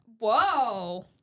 Whoa